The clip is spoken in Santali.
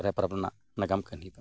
ᱥᱚᱦᱚᱨᱟᱭ ᱯᱚᱨᱚᱵᱽ ᱨᱮᱱᱟᱜ ᱱᱟᱜᱟᱢ ᱠᱟᱹᱦᱱᱤ ᱫᱚ